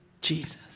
Jesus